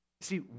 See